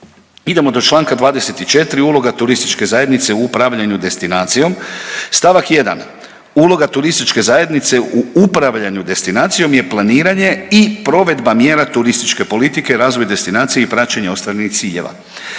Idemo do čl. 24. uloga turističke zajednice u upravljanju destinacijom. St. 1., uloga turističke zajednice u upravljanju destinacijom je planiranje i provedba mjera turističke politike, razvoj destinacije i praćenje ostvarenih ciljeva.